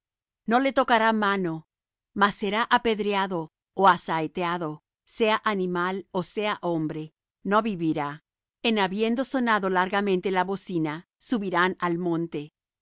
no le tocará mano mas será apedreado ó asaeteado sea animal ó sea hombre no vivirá en habiendo sonado largamente la bocina subirán al monte